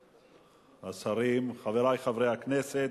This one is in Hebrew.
השרים, חברי חברי הכנסת,